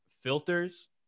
filters